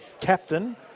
captain